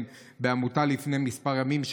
לפני כמה ימים,